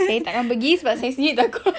kita pergi sama-sama kita buat sama-sama